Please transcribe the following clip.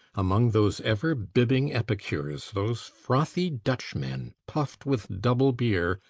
among those ever-bibbing epicures, those frothy dutch men, puft with double beer,